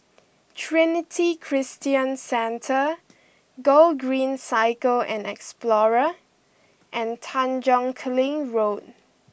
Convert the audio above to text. Trinity Christian Centre Gogreen Cycle and Explorer and Tanjong Kling Road